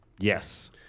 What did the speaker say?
yes